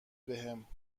بهم